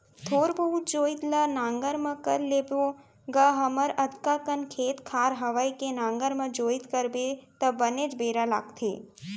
थोर बहुत जोइत ल नांगर म कर लेबो गा हमर अतका कन खेत खार हवय के नांगर म जोइत करबे त बनेच बेरा लागथे